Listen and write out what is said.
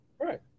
Right